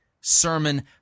sermon